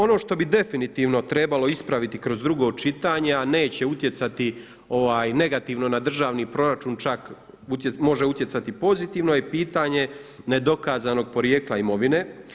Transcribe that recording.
Ono što bih definitivno trebalo ispraviti kroz drugo čitanje a neće utjecati negativno na državni proračun čak može utjecati pozitivno je pitanje nedokazanog porijekla imovine.